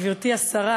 גברתי השרה,